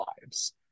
lives